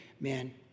man